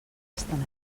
estan